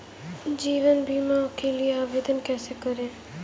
जीवन बीमा के लिए आवेदन कैसे करें?